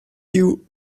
you